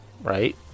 right